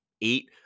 eat